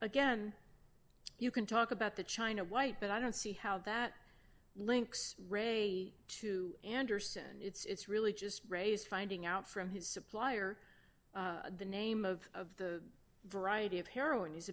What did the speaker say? again you can talk about the china white but i don't see how that links re to anderson it's really just raise finding out from his supplier the name of of the variety of heroin is